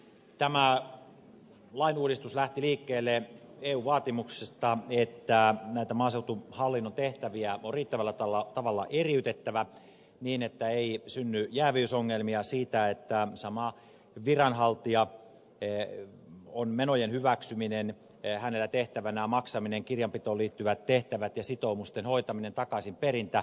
tämä lainuudistus lähti liikkeelle eun vaatimuksesta että näitä maaseutuhallinnon tehtäviä on riittävällä tavalla eriytettävä niin että ei synny jääviysongelmia siitä että samalla viranhaltijalla on tehtävänä menojen hyväksyminen maksaminen kirjanpitoon liittyvät tehtävät ja sitoumusten hoitaminen takaisinperintä